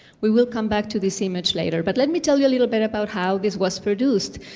we will come back to this image later, but let me tell you a little bit about how this was produced.